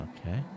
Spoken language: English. Okay